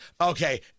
Okay